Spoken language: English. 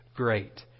great